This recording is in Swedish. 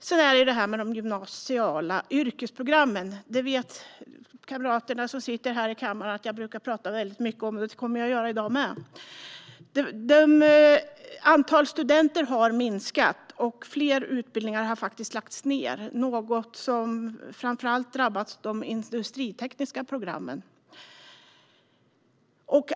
Mina kamrater i kammaren vet att jag brukar tala mycket om de gymnasiala yrkesprogrammen. Det kommer jag att göra i dag också. Antalet studenter har minskat, och flera utbildningar har lagts ned. Det har framför allt drabbat de industritekniska programmen.